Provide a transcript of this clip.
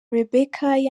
rebekah